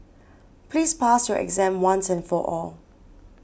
please pass your exam once and for all